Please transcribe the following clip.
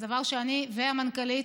זה דבר שאני והמנכ"לית